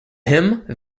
hymn